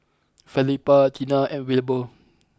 Felipa Tina and Wilbur